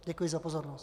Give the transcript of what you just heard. Děkuji za pozornost.